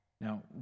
Now